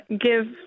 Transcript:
give